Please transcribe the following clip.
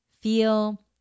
feel